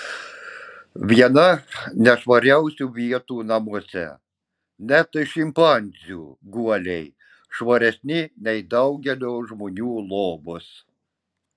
viena nešvariausių vietų namuose net šimpanzių guoliai švaresni nei daugelio žmonių lovos